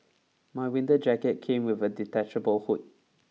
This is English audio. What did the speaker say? my winter jacket came with a detachable hood